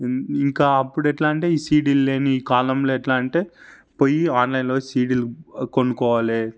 ఇంకా అప్పుడు ఎట్లా అంటే ఈ సీడీలు లేని కాలంలో ఎట్లా అంటే పొయ్యి ఆన్లైన్లో సీడీలు కొనుక్కోవాలె